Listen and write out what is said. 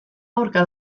aurka